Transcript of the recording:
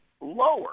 lower